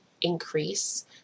increase